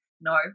No